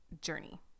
journey